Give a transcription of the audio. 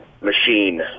machine